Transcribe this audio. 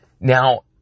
Now